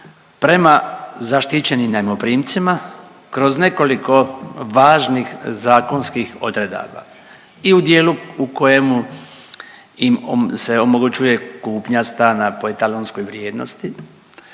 prema zaštićenim najmoprimcima kroz nekoliko važnih zakonskih odredaba i u dijelu u kojemu im se omogućuje kupnja stana po etalonskoj vrijednosti